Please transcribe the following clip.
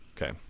Okay